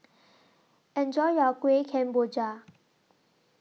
Enjoy your Kueh Kemboja